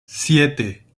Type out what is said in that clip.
siete